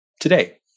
today